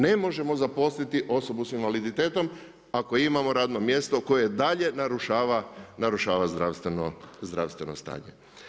Ne možemo zaposliti osobu s invaliditetom ako imamo radno mjesto koje dalje narušava zdravstveno stanje.